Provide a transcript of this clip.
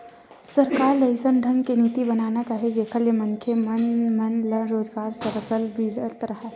सरकार ल अइसन ढंग के नीति बनाना चाही जेखर ले मनखे मन मन ल रोजगार सरलग मिलत राहय